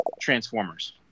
Transformers